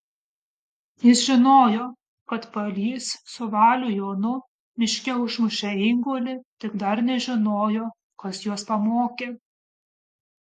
jis žinojo kad palys su valių jonu miške užmušė eigulį tik dar nežinojo kas juos pamokė